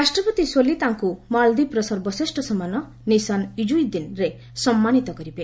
ରାଷ୍ଟ୍ରପତି ସୋଲି ତାଙ୍କୁ ମାଳଦୀପର ସର୍ବଶ୍ରେଷ୍ଠ ସମ୍ମାନ 'ନିଶାନ୍ ଇକୁଦ୍ଦିନ୍'ରେ ସମ୍ମାନୀତ କରିବେ